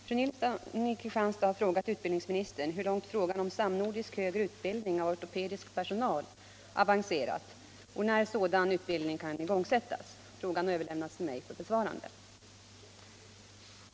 Herr talman! Fru Nilsson i Kristianstad har frågat utbildningsministern hur långt frågan om samnordisk högre utbildning av ortopedisk personal avancerat och när sådan utbildning kan igångsättas. Frågan har överlämnats till mig för besvarande.